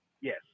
yes